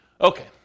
Okay